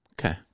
okay